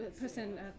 person